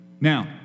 Now